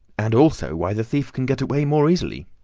and also why the thief can get away more easily.